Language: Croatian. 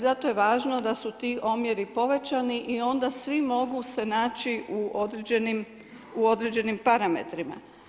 Zato je važno da su ti omjeri povećani i onda svi mogu se naći u određenim parametrima.